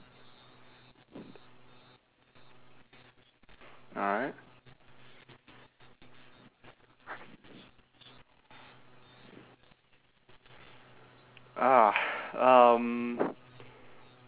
alright ah um